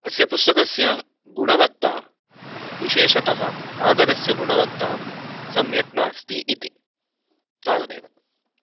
अस्य पुस्तकस्य गुणवत्ता विशेषतः कागदस्य गुणवत्ता सम्यक् नास्ति इति तावदेव